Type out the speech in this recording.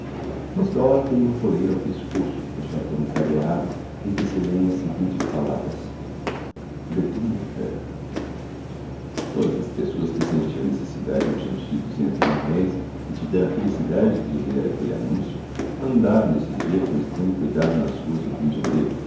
miss dollar tem uma coleira ao pescoço fechada por um cadeado em que se lêem as seguintes palavras de tout mon coeur todas as pessoas que sentiam necessidade urgente de duzentos mil-réis e tiveram a felicidade de ler aquele anúncio andaram nesse dia com extremo cuidado nas ruas do rio de janeiro